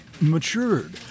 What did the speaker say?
matured